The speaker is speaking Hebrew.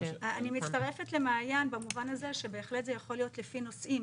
אני מצטרפת למעיין במובן הזה שבהחלט זה יכול להיות לפי נושאים.